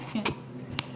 טליה: כן.